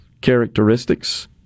characteristics